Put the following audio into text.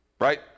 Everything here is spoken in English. Right